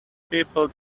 people